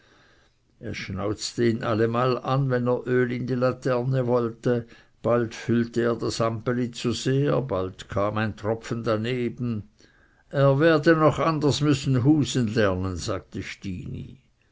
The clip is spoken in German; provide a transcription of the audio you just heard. es schnauzte ihn allemal an wenn er in die laterne wollte bald füllte er das ampeli zu sehr bald kam ein tropfen daneben er werde noch anders müssen husen lernen sagte stini